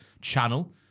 channel